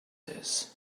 this